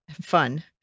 fun